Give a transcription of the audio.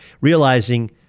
realizing